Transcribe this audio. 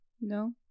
No